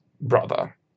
brother